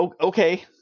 Okay